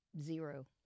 Zero